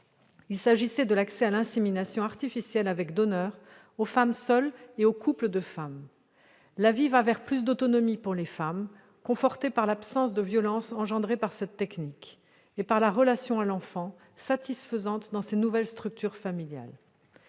précisément de l'accès à l'insémination artificielle avec donneur aux femmes seules et aux couples de femmes. L'avis va vers plus d'autonomie pour les femmes, conforté par l'absence de violence engendrée par cette technique et par la relation à l'enfant, satisfaisante, dans ces nouvelles structures familiales.